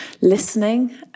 listening